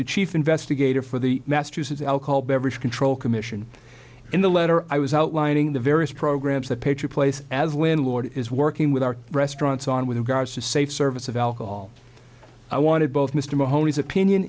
the chief investigator for the massachusetts alcohol beverage control commission in the letter i was outlining the various programs that picture place as landlord is working with our restaurants on with regards to safe service of alcohol i wanted both m